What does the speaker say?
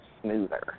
smoother